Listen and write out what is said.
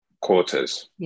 quarters